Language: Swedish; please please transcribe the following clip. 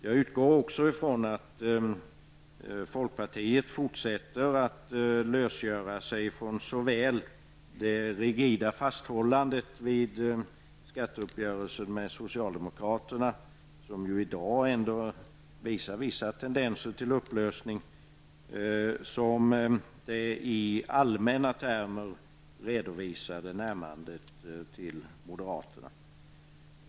Jag utgår också från att folkpartiet fortsätter att lösgöra sig från såväl det rigida fasthållandet vid skatteuppgörelsen med socialdemokraterna -- som i dag ändå visar vissa tendenser till upplösning -- som det i allmänna termer visade närmandet till moderaterna.